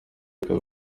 ikaba